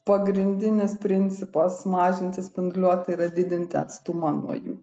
pagrindinis principas mažinti spinduliuotę yra didinti atstumą nuo jų